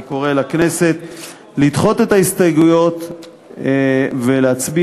אני קורא לכנסת לדחות את ההסתייגויות ולהצביע